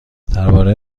درباره